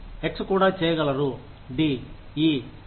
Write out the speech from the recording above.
X కూడా చేయగలరు d ఈ మరియు